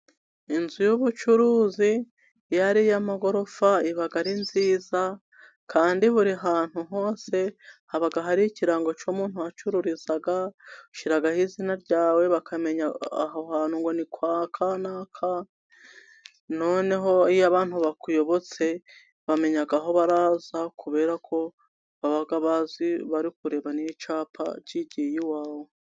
Inzu y'ubucuruzi iyo ari iy'amagorofa iba ari nziza, kandi buri hantu hose haba hari ikirango cy'umuntu uhacururiza .Ushyiraho izina ryawe bakamenya aho hantu ngo ni kwa kanaka, noneho iyo abantu bakuyobotse bamenya aho baraza ,kuberako baba bazi bari kureba n'icyapa kigiye iwawe.